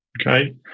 Okay